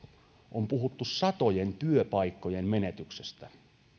on puhuttu satojen työpaikkojen menetyksestä